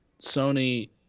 Sony